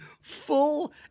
full